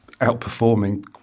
outperforming